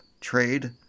trade